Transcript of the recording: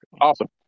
Awesome